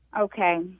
Okay